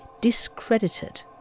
discredited